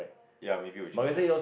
ya maybe will change lah